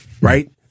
right